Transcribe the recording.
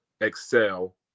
excel